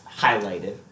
highlighted